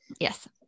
yes